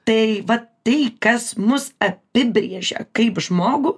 tai vat tai kas mus apibrėžia kaip žmogų